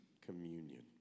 communion